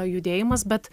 judėjimas bet